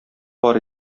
бар